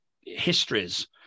histories